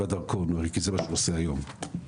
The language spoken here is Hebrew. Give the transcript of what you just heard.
הדרכון כי זה מה שהוא עושה עם הדרכון,